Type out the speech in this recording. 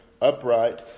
upright